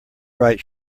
write